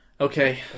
Okay